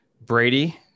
Brady